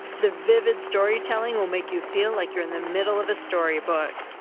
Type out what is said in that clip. the vivid storytelling will make you feel like you're in the middle of a storybook.